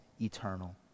eternal